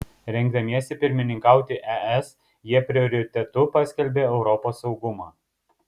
rengdamiesi pirmininkauti es jie prioritetu paskelbė europos saugumą